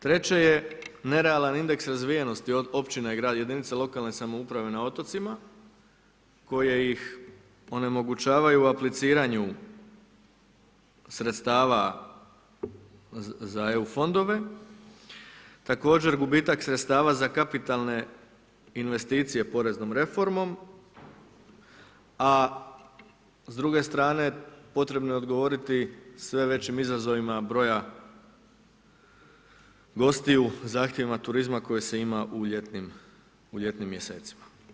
Treće je, nerealan indeks razvijenosti, općine, grad, jedinice lokalne samouprave na otocima, koje ih onemogućavaju u apliciranju sredstava za EU fondove, također gubitak sredstava za kapitalne investicije poreznom reformom, a s druge strane potrebno je odgovoriti sve većim izazovima broja gostiju, zahtjeva turizma koje se ima u ljetnim mjesecima.